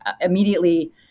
immediately